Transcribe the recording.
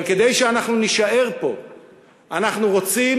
אבל כדי שאנחנו נישאר פה אנחנו רוצים